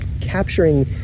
capturing